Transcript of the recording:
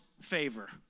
favor